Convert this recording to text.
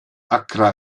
accra